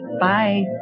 Bye